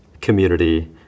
community